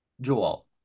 Joel